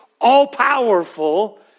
all-powerful